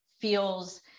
feels